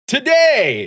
Today